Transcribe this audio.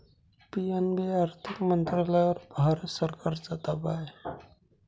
PNB आर्थिक मंत्रालयावर भारत सरकारचा ताबा आहे